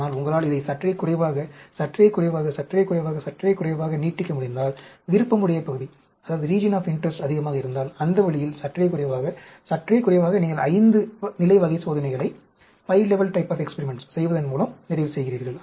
ஆனால் உங்களால் இதை சற்றே குறைவாக சற்றே குறைவாக சற்றே குறைவாக சற்றே குறைவாக நீட்டிக்க முடிந்தால் விருப்பமுடைய பகுதி அதிகமாக இருந்தால் அந்த வழியில் சற்றே குறைவாக சற்றே குறைவாக நீங்கள் 5 நிலை வகை சோதனைகளைச் செய்வதன் மூலம் நிறைவு செய்கிறீர்கள்